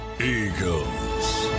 Eagles